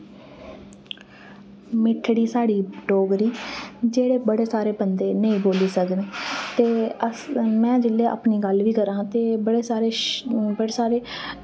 मिट्ठड़ी साढ़ी डोगरी जेह्ड़े बड़े सारे बंदे नेईं बोल्ली सकदे ते अस में जिल्ले अपनी गल्ल वी करां ते बड़े सारे श बड़े सारे